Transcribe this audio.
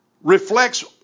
reflects